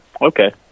okay